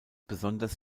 besonders